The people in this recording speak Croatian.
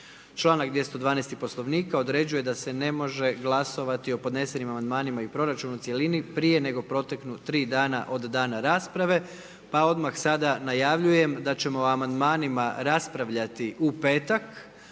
Članak 212. Poslovnika određuje da se ne može glasovati o podnesenim amandmanima i proračunu u cjelini prije nego proteknu tri dana od dana rasprave, pa odmah sada najavljujem da ćemo o amandmanima raspravljati u petak,